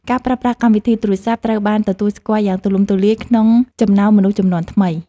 ការប្រើប្រាស់កម្មវិធីទូរសព្ទ ត្រូវបានទទួលស្គាល់យ៉ាងទូលំទូលាយក្នុងចំណោមមនុស្សជំនាន់ថ្មី។